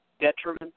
detriment